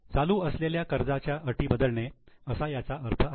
चालू असलेल्या कर्जाच्या अटी बदलणे असा याचा अर्थ आहे